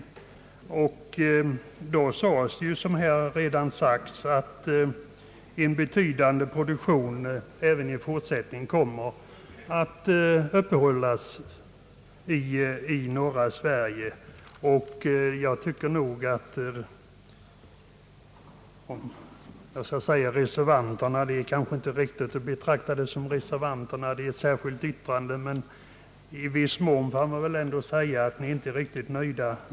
Som påpekas här sades då, att en betydande produktion även i fortsättningen kommer att uppehållas i norra Sverige. även om det här inte finns något yrkande, utan bara detta påpekande, kan man kanske ändå säga att minoritetens talesmän inte är nöjda.